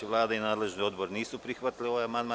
Vlada i nadležni odbor nisu prihvatili ovaj amandman.